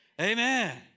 Amen